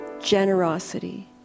generosity